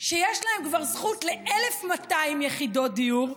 שיש להם כבר זכות ל-1,200 יחידות דיור,